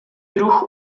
druh